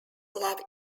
love